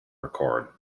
record